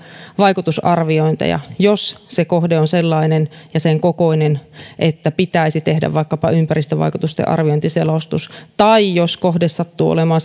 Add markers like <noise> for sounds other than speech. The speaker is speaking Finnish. vaikutusarviointeja jos se kohde on sellainen ja sen kokoinen että pitäisi tehdä vaikkapa ympäristövaikutusten arviointiselostus tai jos kohde sattuu olemaan <unintelligible>